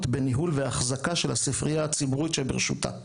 בניהול ואחזקה של ספרייה הציבורית שברשותה.